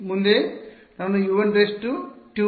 ಮುಂದೆ ನಾನು U12N 12 ಗೆ ಹೋಗುತ್ತೇನೆ